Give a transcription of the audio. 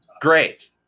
Great